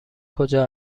کجا